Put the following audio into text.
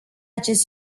acest